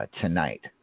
tonight